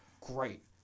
great